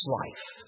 life